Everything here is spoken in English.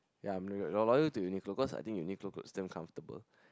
ya I'm loyal to Uniqlo cause I think Uniqlo clothes damn comfortable